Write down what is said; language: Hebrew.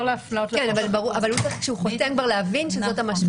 אבל כשהוא חותם הוא צריך להבין שזאת המשמעות.